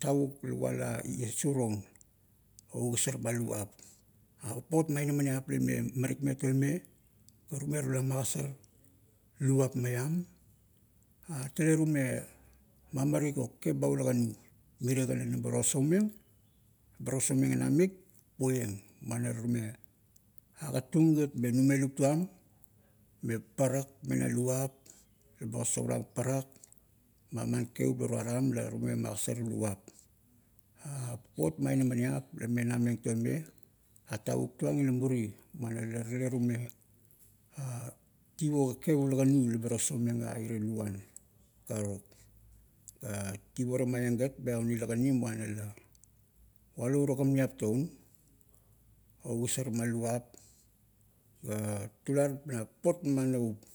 tavuk la vala iesu roun o ugosar ma luvap. Papot ma inamaniap la ime mirikmeng toime ga rume mamarik o kakep ba, ula kanu, mirie kan namo tosoumeng, ba tosoumeng a namip, puoieng. Muana la rume agatung gat me numeulup tuam, me parak me na luan eba osourang parak ma man kakevup la tuaram la tume magosat luvap. Papot ma inamaniap, lame nameng toime, a tavuk tuang ila muri, muana la tale rume tivo kakep ula kanu, laba tosoumeng a irie lauan, karuk. tivo temaieng gat, me aun ilakanai muan la, uaolo urio kamniap toun, o ugosar ma luvap, ga tular na papot ma navup,